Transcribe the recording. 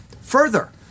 Further